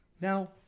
Now